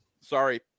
Sorry